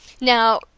Now